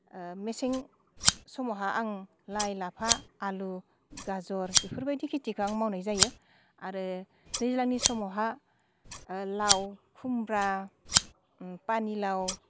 मेसें समावहा आं लाइ लाफा आलु गाजर बेफोरबायदि खिथिखो आं मावनाय जायो आरो दैज्लांनि समावहा लाव खुमब्रा पानिलाव